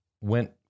went